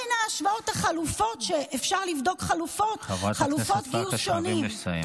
מהן החלופות שאפשר לבדוק, חלופות גיוס שונות?